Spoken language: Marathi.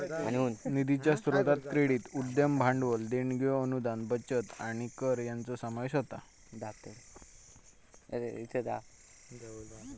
निधीच्या स्रोतांत क्रेडिट, उद्यम भांडवल, देणग्यो, अनुदान, बचत आणि कर यांचो समावेश होता